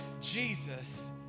Jesus